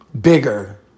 bigger